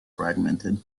fragmented